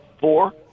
four